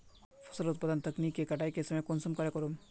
फसल उत्पादन तकनीक के कटाई के समय कुंसम करे करूम?